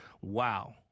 Wow